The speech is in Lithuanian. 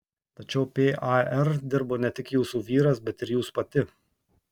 tačiau par dirbo ne tik jūsų vyras bet ir jūs pati